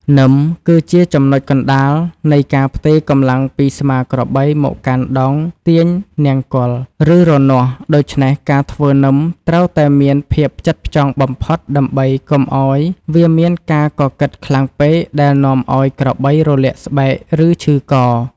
នឹមគឺជាចំណុចកណ្តាលនៃការផ្ទេរកម្លាំងពីស្មាក្របីមកកាន់ដងទាញនង្គ័ល ឬរនាស់ ដូច្នេះការធ្វើនឹមត្រូវតែមានភាពផ្ចិតផ្ចង់បំផុតដើម្បីកុំឱ្យវាមានការកកិតខ្លាំងពេកដែលនាំឱ្យក្របីរលាកស្បែក ឬឈឺក។